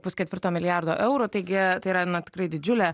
pusketvirto milijardo eurų taigi tai yra na tikrai didžiulė